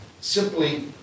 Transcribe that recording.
simply